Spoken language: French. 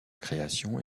création